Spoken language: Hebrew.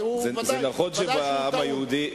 אבל ודאי שהוא טעון.